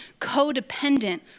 codependent